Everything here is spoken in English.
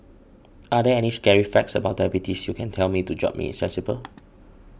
are there any scary facts about diabetes you can tell me to jolt me sensible